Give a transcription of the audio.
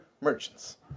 merchants